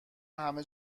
همه